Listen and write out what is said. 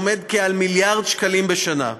עומד כעל מיליארד שקלים בשנה.